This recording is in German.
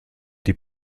die